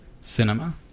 cinema